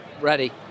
ready